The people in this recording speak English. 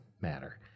matter